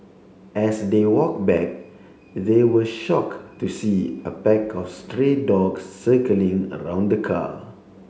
as they walk back they were shock to see a pack of stray dogs circling around the car